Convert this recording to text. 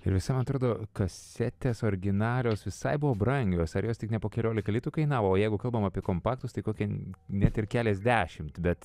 ir visai man atrodo kasetės originalios visai buvo brangios ar jos tik ne po keliolika litų kainavo jeigu kalbam apie kompaktus tai kokia net ir keliasdešimt bet